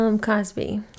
Cosby